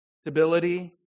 stability